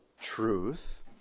truth